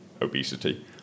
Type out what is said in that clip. obesity